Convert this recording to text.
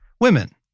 Women